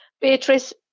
Beatrice